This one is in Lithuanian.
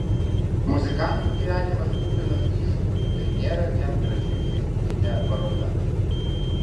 muzikantų gyvenimas kupinas iššūkių tai nėra vien graži feisbukinė paroda